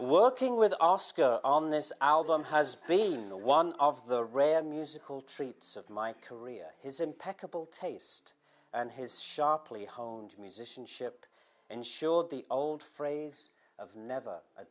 working with oscar on this album has been the one of the rare musical treats of my career his impeccable taste and his sharply honed musicianship ensured the old phrase of never a